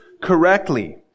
correctly